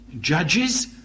Judges